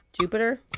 Jupiter